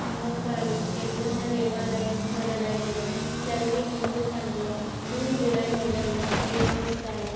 మహాంకాళి ఎల్లమ్మ దేవాలయం మొదలైనవి జరిగే హిందూ పండుగ జూన్ జూలై నెలల్లో నిర్వహిస్తారు